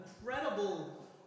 incredible